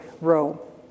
row